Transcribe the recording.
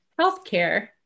healthcare